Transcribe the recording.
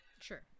Sure